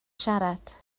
siarad